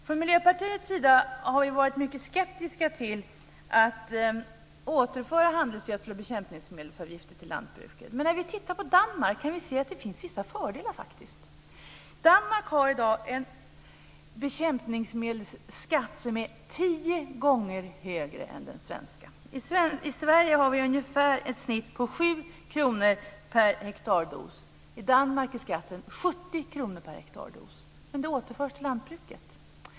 Från Miljöpartiets sida har vi varit mycket skeptiska till att återföra handelsgödsels och bekämpningsmedelsavgifter till lantbruket. Men när vi tittar på Danmark ser vi att det faktiskt finns vissa fördelar. Danmark har i dag en bekämpningsmedelsskatt som är tio gånger högre än den svenska. I Sverige har vi ungefär 7 kr per hektar dos. I Danmark är skatten 70 kr per hektar dos. Det återförs till lantbruket.